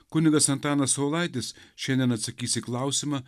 kunigas antanas saulaitis šiandien atsakys į klausimą